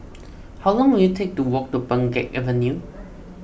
how long will it take to walk to Pheng Geck Avenue